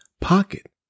pocket